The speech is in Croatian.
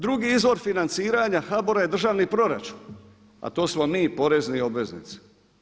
Drugi izvor financiranja HBOR-a je državni proračun, a to smo mi porezni obveznici.